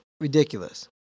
ridiculous